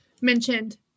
mentioned